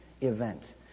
event